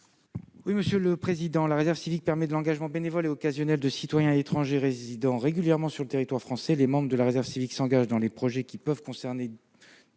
est à M. le ministre. La réserve civique permet l'engagement bénévole et occasionnel de citoyens étrangers résidant régulièrement sur le territoire français. Ses membres s'engagent dans des projets qui peuvent concerner